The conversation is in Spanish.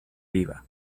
viva